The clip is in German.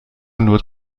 nur